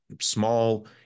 small